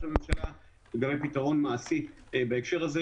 הממשלה וגם עם פתרון מעשי בהקשר הזה,